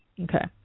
Okay